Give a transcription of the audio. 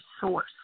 source